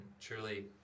truly